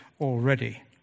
already